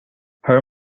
her